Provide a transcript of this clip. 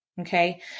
Okay